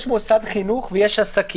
יש מוסד חינוך ויש עסקים.